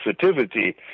sensitivity